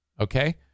Okay